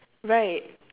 right